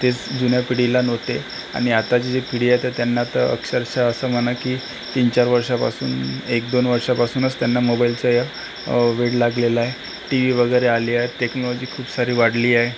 तेच जुन्या पिढीला नव्हते आणि आताची जी पिढी आहे तर त्यांना तर अक्षरश असं म्हणा की तीन चार वर्षापासून एक दोन वर्षापासूनच त्यांना मोबाइलचं ह्या वेड लागलेलं आहे टी व्ही वगैरे आली आहे टेक्नॉलजी खूप सारी वाढली आहे